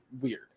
Weird